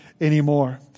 anymore